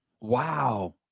Wow